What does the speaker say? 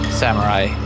samurai